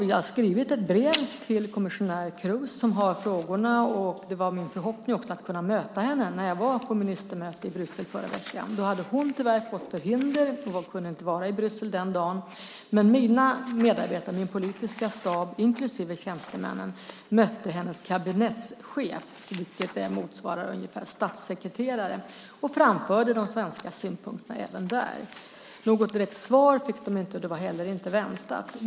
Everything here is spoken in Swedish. Jag har skrivit ett brev till kommissionär Kroes, som har frågorna. Det var min förhoppning att också kunna möta henne när jag var på ministermöte i Bryssel i förra veckan. Då hade hon tyvärr fått förhinder; hon kunde inte vara i Bryssel den dagen. Men mina medarbetare - min politiska stab inklusive tjänstemännen - mötte hennes kabinettschef, vilket motsvarar ungefär statssekreterare. De framförde då de svenska synpunkterna även där. Något direkt svar fick de inte, och det var inte heller väntat.